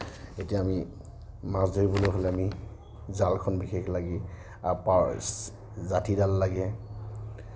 এতিয়া আমি মাছ ধৰিবলৈ হ'লে আমি জালখন বিশেষ লাগে যাঠিডাল লাগে